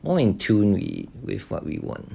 more in tune we with what we want